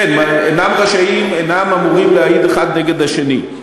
כן, אינם אמורים להעיד אחד נגד השני.